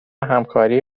همکاری